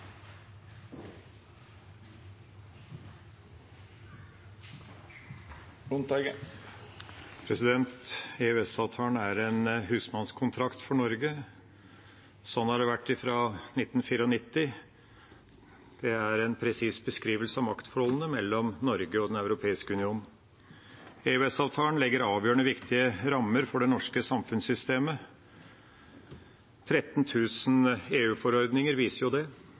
er en husmannskontrakt for Norge. Sånn har det vært fra 1994. Det er en presis beskrivelse av maktforholdene mellom Norge og Den europeiske union. EØS-avtalen legger avgjørende viktige rammer for det norske samfunnssystemet. 13 000 EU-forordninger viser jo det.